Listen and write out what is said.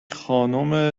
خانم